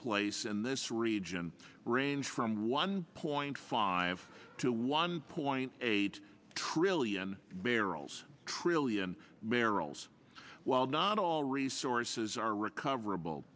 place in this region range from one point five to one point eight trillion barrels trillion barrels while not all resources are recover